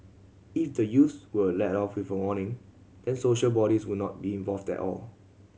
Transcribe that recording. if the youths were let off with a warning then social bodies would not be involved at all